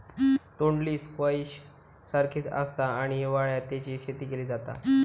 तोंडली स्क्वैश सारखीच आसता आणि हिवाळ्यात तेची शेती केली जाता